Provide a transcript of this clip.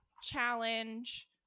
challenge